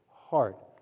heart